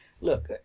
Look